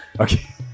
Okay